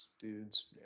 dudes